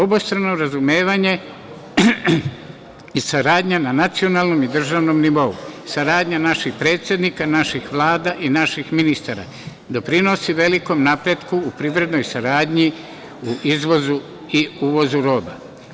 Obostrano razumevanje i saradnja na nacionalnom i državnom nivou, saradnja naših predsednika, naših vlada i naših ministara doprinosi velikom napretku u privrednoj saradnji u izvozu i uvozu roba.